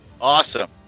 Awesome